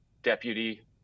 deputy